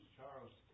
Charles